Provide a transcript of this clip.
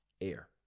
air